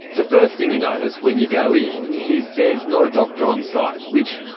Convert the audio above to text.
the first thing you notice when you go in is there's not a doctor on site, which,